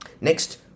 Next